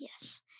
Yes